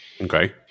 Okay